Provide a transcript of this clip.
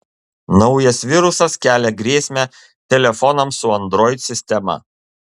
naujas virusas kelia grėsmę telefonams su android sistema